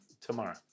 tomorrow